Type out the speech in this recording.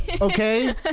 okay